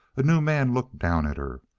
a new man looked down at her.